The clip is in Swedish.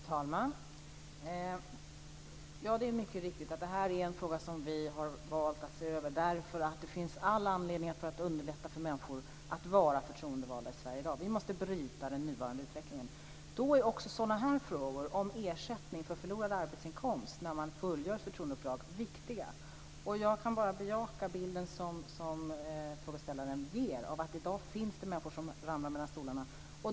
Fru talman! Det är mycket riktigt att det här är en fråga som vi har valt att se över därför att det finns all anledning att underlätta för människor att vara förtroendevalda i Sverige i dag. Vi måste bryta den nuvarande utvecklingen. Då är också sådana här frågor, om ersättning för förlorad arbetsinkomst när man fullgör sitt förtroendeuppdrag, viktiga. Jag kan bara bejaka den bild som frågeställaren ger av att det i dag finns människor som ramlar mellan stolarna.